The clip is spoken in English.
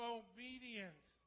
obedience